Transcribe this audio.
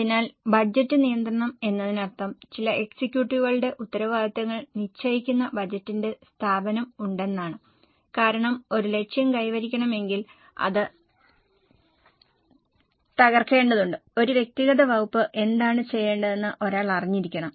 അതിനാൽ ബജറ്റ് നിയന്ത്രണം എന്നതിനർത്ഥം ചില എക്സിക്യൂട്ടീവുകളുടെ ഉത്തരവാദിത്തങ്ങൾ നിശ്ചയിക്കുന്ന ബജറ്റിന്റെ സ്ഥാപനം ഉണ്ടെന്നാണ് കാരണം ഒരു ലക്ഷ്യം കൈവരിക്കണമെങ്കിൽ അത് തകർക്കേണ്ടതുണ്ട് ഒരു വ്യക്തിഗത വകുപ്പ് എന്താണ് ചെയ്യേണ്ടതെന്ന് ഒരാൾ അറിഞ്ഞിരിക്കണം